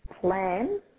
plan